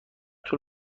طول